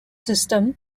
system